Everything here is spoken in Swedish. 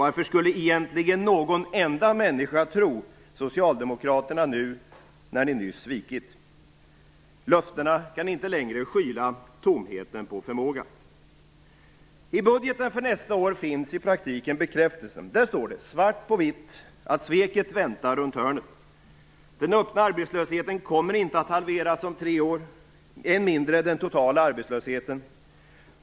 Varför skulle egentligen någon enda människa tro Socialdemokraterna nu, när ni nyss svikit? Löftena kan inte längre skyla tomheten på förmåga. I budgeten för nästa år finns i praktiken bekräftelsen. Där står det - svart på vitt - att sveket väntar runt hörnet. Den öppna arbetslösheten kommer inte att halveras om tre år, än mindre den totala arbetslösheten.